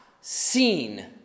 seen